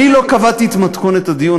אבל אני לא קבעתי את מתכונת הדיון,